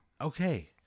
Okay